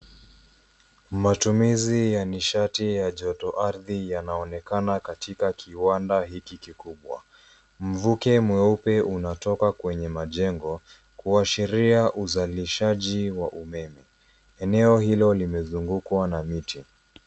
Matumizi ya nishati ya jotoardhi yanaonekana katika kiwanda hiki kikubwa. Mvuke mweupe unatoka kwenye majengo kuashiria uzalishaji wa umeme. Eneo hilo limezungukwa na miti.